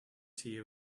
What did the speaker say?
tea